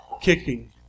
Kicking